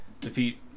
defeat